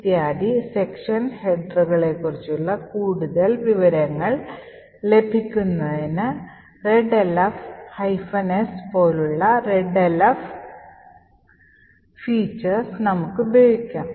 ഇത്യാദി സെക്ഷൻ ഹെഡറുകളെക്കുറിച്ചുള്ള കൂടുതൽ വിവരങ്ങൽ ലഭിക്കുന്നതിന് readelf S പോലുള്ള readelf ഫീച്ചേഴ്സ് നമുക്ക് ഉപയോഗിക്കാം